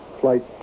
flight